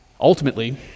Ultimately